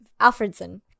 alfredson